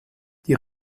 die